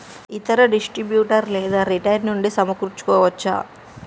ఇతర డిస్ట్రిబ్యూటర్ లేదా రిటైలర్ నుండి సమకూర్చుకోవచ్చా?